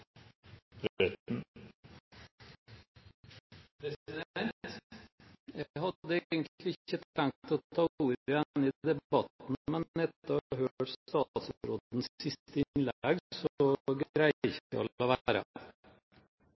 egentlig ikke tenkt å ta ordet igjen i debatten, men etter å ha hørt statsrådens siste innlegg, greier jeg ikke å la være.